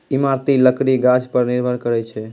इमारती लकड़ी गाछ पर निर्भर करै छै